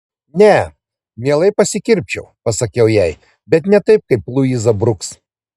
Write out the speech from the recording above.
ne mielai pasikirpčiau pasakiau jai bet ne kaip luiza bruks